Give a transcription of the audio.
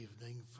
evening